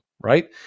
right